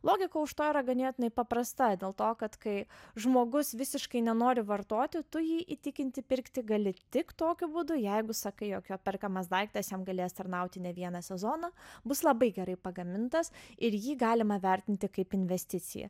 logika už to yra ganėtinai paprastai dėl to kad kai žmogus visiškai nenori vartoti tu jį įtikinti pirkti gali tik tokiu būdu jeigu sakai jog jo perkamas daiktas jam galės tarnauti ne vieną sezoną bus labai gerai pagamintas ir jį galima vertinti kaip investiciją